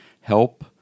help